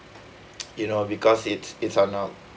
you know because it's it's a norm